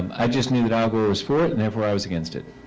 um i just knew that al gore was for it and therefore i was against it.